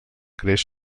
creix